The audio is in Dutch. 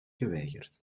geweigerd